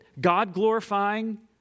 God-glorifying